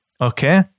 okay